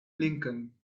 lincoln